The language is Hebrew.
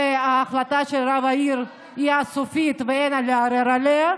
וההחלטה של רב העיר היא הסופית ואין לערער עליה,